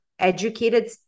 educated